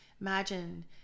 imagine